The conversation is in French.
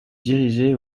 dirigé